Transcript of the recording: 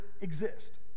exist